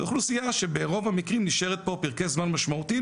זו אוכלוסייה שברוב המקרים נשארת פה פרקי זמן משמעותיים,